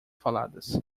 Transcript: faladas